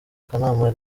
kanama